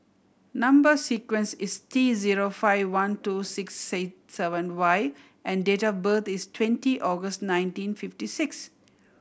number sequence is T zero five one two six seven Y and date of birth is twenty August nineteen fifty six